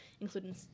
including